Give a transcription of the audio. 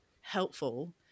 helpful